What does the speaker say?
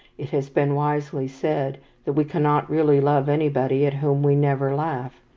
it has been wisely said that we cannot really love anybody at whom we never laugh.